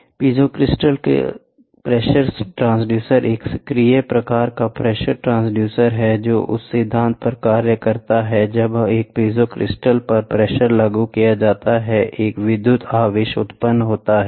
तो piezo crystal pressure transducer एक सक्रिय प्रकार का प्रेशर ट्रांसड्यूसर है जो उस सिद्धांत पर काम करता है जब एक पीजो क्रिस्टल पर प्रेशर लागू किया जाता है एक विद्युत आवेश उत्पन्न होता है